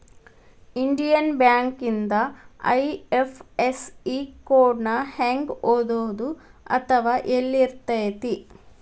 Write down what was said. Indian ಬ್ಯಾಂಕಿಂದ IFSC code ನ ಹೆಂಗ ಓದೋದು ಅಥವಾ ಯೆಲ್ಲಿರ್ತೆತಿ?